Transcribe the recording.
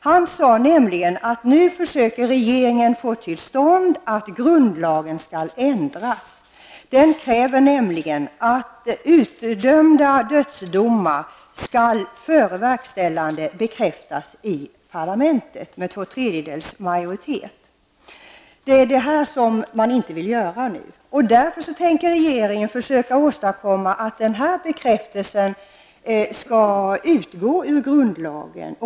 Galip Demirel sade nämligen att regeringen nu försöker få till stånd en ändring av grundlagen. Den kräver nämligen att utdömda dödsdomar före verkställandet skall bekräftas i parlamentet med två tredjedels majoritet. Detta vill man nu inte göra, och därför tänker regeringen försöka åstadkomma att den här bekräftelsen utgår ur grundlagen.